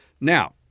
Now